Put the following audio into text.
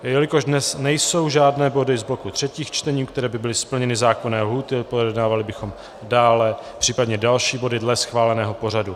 Jelikož nejsou žádné body z bloku třetích čtení, u kterých by byly splněny zákonné lhůty, projednávali bychom případně další body dle schváleného pořadu.